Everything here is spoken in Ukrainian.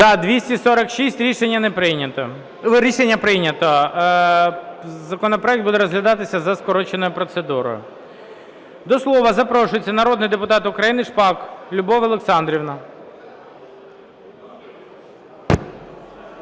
За-246 Рішення прийнято. Законопроект буде розглядатися за скороченою процедурою. До слова запрошується народний депутат України Шпак Любов Олександрівна.